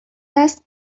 دست